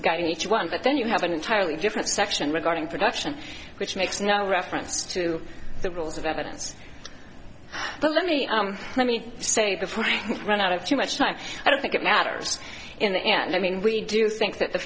in each one but then you have an entirely different section regarding production which makes no reference to the rules of evidence but let me let me say before it ran out of too much time i don't think it matters in the end i mean we do think that the